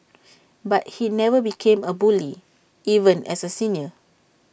but he never became A bully even as A senior